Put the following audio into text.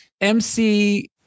MC